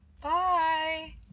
Bye